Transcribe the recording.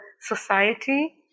society